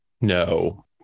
No